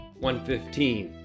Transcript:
115